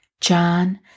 John